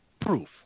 proof